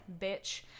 Bitch